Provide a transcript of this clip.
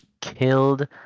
killed